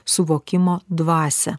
suvokimo dvasią